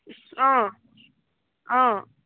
অঁ অঁ